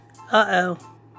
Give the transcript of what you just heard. Uh-oh